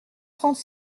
trente